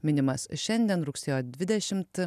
minimas šiandien rugsėjo dvidešimt